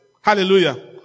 Hallelujah